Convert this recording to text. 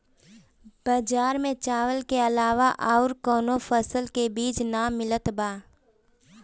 बजार में चावल के अलावा अउर कौनो फसल के बीज ना मिलत बा